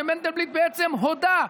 שמנדלבליט בעצם הודה,